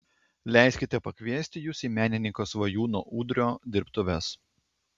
leiskite pakviesti jus į menininko svajūno udrio dirbtuves